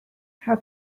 how